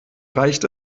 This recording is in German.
reicht